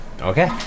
Okay